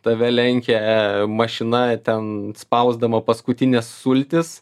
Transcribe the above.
tave lenkia mašina ten spausdama paskutines sultis